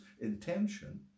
intention